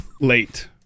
late